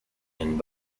and